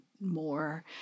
more